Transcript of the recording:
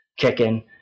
kicking